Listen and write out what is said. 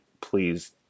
please